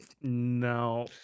no